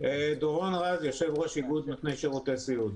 דורון רז, יושב-ראש איגוד נותני שירותי סיעוד.